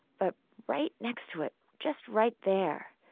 but right next to it, just right there,